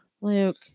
Luke